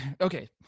okay